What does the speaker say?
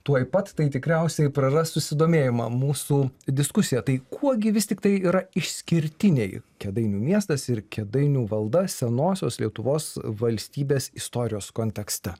tuoj pat tai tikriausiai praras susidomėjimą mūsų diskusija tai kuo gi vis tiktai yra išskirtiniai kėdainių miestas ir kėdainių valda senosios lietuvos valstybės istorijos kontekste